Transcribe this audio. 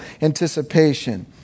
anticipation